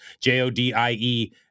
J-O-D-I-E